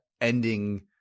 ending